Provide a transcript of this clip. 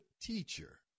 teacher